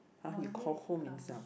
!huh! you call home in Singa~